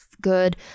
good